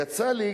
יצא לי,